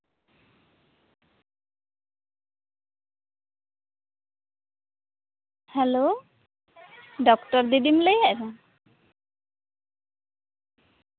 hello doctor ᱫᱤᱫᱤᱢ ᱞᱟᱹᱭᱮᱫ